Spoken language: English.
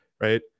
right